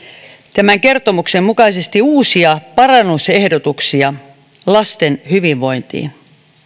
tämän kertomuksen mukaisesti uusia parannusehdotuksia lasten hyvinvointiin